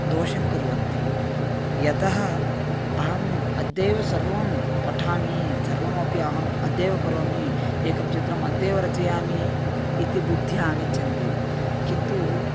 दोषं कुर्वन्ति यतः अहम् अद्यैव सर्वं पठामि सर्वमपि अहम् अद्यैव करोमि एकं चित्रम् अद्यैव रचयामि इति बुद्ध्या आगच्छति किन्तु